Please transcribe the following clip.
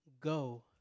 go